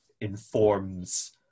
informs